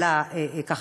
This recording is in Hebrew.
ככה,